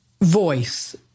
voice